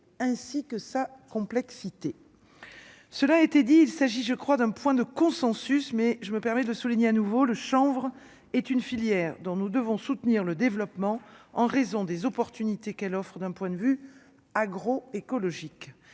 ainsi que sa complexité, cela a été dit, il s'agit, je crois, d'un point de consensus, mais je me permets de souligner à nouveau le chanvre est une filière dont nous devons soutenir le développement en raison des opportunités qu'elle offre, d'un point de vue agro-écologique,